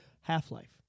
Half-Life